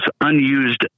unused